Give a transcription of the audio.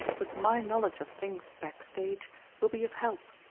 but my knowledge of things back stage will be of help,